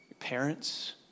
Parents